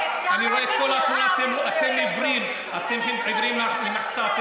אתם עיוורים, אתם עיוורים למחצה.